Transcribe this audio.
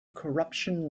corruption